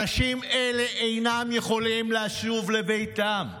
אנשים אלה אינם יכולים לשוב לביתם,